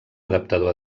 adaptador